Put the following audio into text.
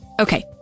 okay